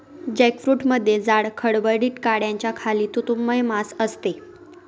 जॅकफ्रूटमध्ये जाड, खडबडीत कड्याच्या खाली तंतुमय मांस असते